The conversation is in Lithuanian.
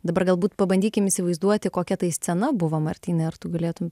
dabar galbūt pabandykim įsivaizduoti kokia tai scena buvo martynai ar tu galėtum